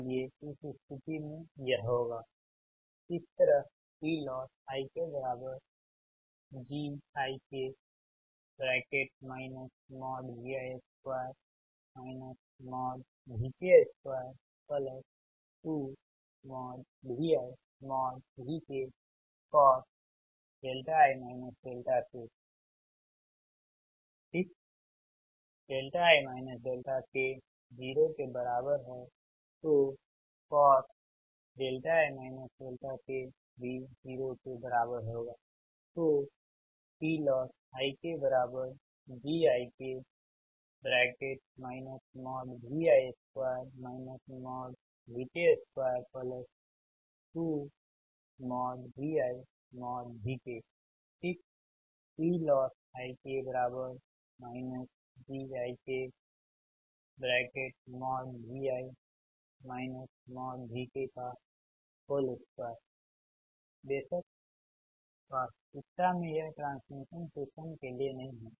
इसलिए इस स्थिति में यह होगा इस तरह बेशक वास्तविकता में यह ट्रांसमिशन सिस्टम के लिए नहीं है